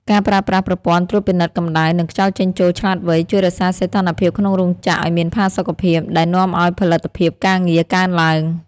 ការប្រើប្រាស់ប្រព័ន្ធត្រួតពិនិត្យកំដៅ និងខ្យល់ចេញចូលឆ្លាតវៃ ជួយរក្សាសីតុណ្ហភាពក្នុងរោងចក្រឱ្យមានផាសុកភាព ដែលនាំឱ្យផលិតភាពការងារកើនឡើង។